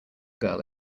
girl